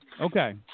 Okay